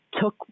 took